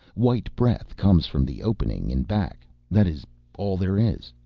white breath comes from the opening in back. that is all there is.